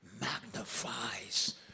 magnifies